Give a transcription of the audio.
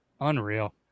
Unreal